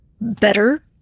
better